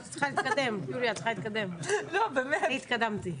יוליה, את צריכה להתקדם, אני התקדמתי.